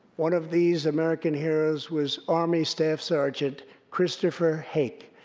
one of these american heroes was army staff sergeant christopher hake.